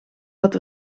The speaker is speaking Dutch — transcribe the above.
dat